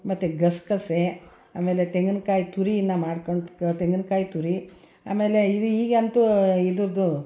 ಮತ್ತೆ ಗಸೆಗಸೆ ಆಮೇಲೆ ತೆಂಗನಕಾಯಿ ತುರಿನ ಮಾಡ್ಕೊಂಡು ತೆಂಗಿನ್ಕಾಯಿ ತುರಿ ಆಮೇಲೆ ಇದು ಈಗಂತೂ ಇದ್ರದ್ದು